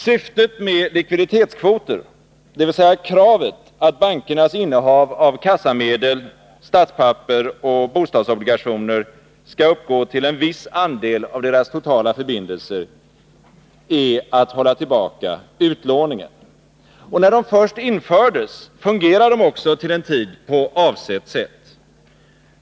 Syftet med likviditetskvoter, dvs. kravet att bankernas innehav av kassamedel, statspapper och bostadsobligationer skall uppgå till en viss andel av deras totala förbindelser, är att hålla tillbaka utlåningen. När de först infördes, fungerade de också till en tid på avsett sätt.